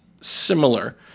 similar